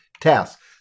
tasks